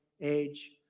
age